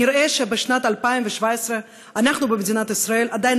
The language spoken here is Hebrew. נראה שבשנת 2017 אנחנו במדינת ישראל עדיין